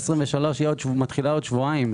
2023 מתחילה עוד שבועיים.